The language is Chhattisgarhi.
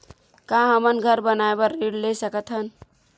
का हमन घर बनाए बार ऋण ले सकत हन?